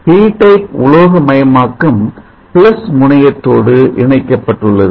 B P type உலோகமயமாக்கம் plus முனைய த்தோடு இணைக்கப்பட்டுள்ளது